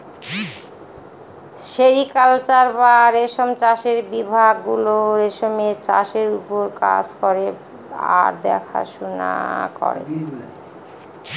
sericulture বা রেশম চাষের বিভাগ গুলো রেশমের চাষের ওপর কাজ করে আর দেখাশোনা করে